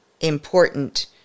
important